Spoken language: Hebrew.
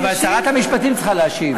אבל שרת המשפטים צריכה להשיב.